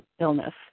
illness